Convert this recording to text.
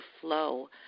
flow